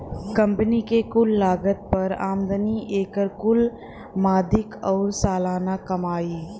company के कुल लागत पर आमदनी, एकर कुल मदिक आउर सालाना कमाई